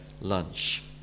lunch